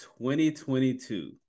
2022